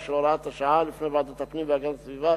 של הוראת השעה לפני ועדת הפנים והגנת הסביבה,